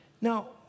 Now